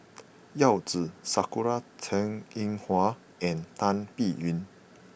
Yao Zi Sakura Teng Ying Hua and Tan Biyun